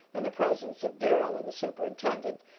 in the presence of darrell and the superintendent,